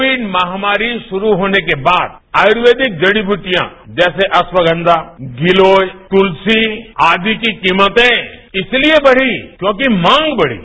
Covid महामारी शुरू होने के बाद आयुर्वेदिक जब्री बूटियां जैसे अश्वगंघा गिलोय तुलसी आदि की कीमतें इसलिए बब्री क्योंकि मांग बढ़ी